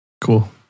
Cool